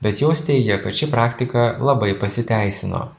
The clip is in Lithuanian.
bet jos teigia kad ši praktika labai pasiteisino